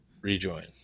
Rejoin